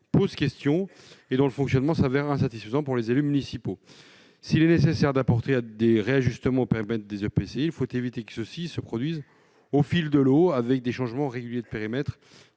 pose question et dont le fonctionnement s'avère insatisfaisant pour les élus municipaux. S'il est nécessaire d'apporter des réajustements aux périmètres des EPCI, il faut éviter que ceux-ci ne se produisent au fil de l'eau, avec des changements réguliers de périmètre,